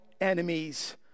enemies